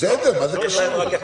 מה זה קשור?